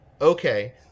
okay